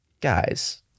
guys